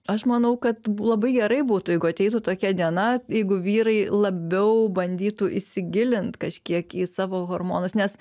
aš manau kad labai gerai būtų jeigu ateitų tokia diena jeigu vyrai labiau bandytų įsigilint kažkiek į savo hormonus nes